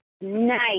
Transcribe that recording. Nice